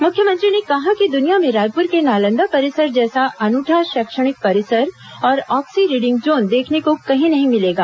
मुख्यमंत्री ने कहा कि दुनिया में रायपुर के नालंदा परिसर जैसा अनूठा शैक्षणिक परिसर और आक्सी रीडिंग जोन देखने को कहीं नहीं मिलेगा